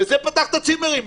וזה פתח את הצימרים.